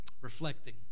reflecting